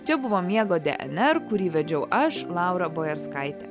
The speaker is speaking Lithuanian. čia buvo miego dnr kurį vedžiau aš laura bojarskaitė